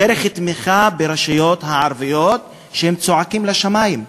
דרך תמיכה ברשויות הערביות, שצועקות לשמים.